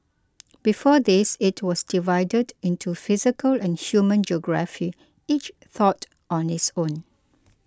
before this it was divided into physical and human geography each taught on its own